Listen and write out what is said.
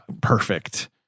perfect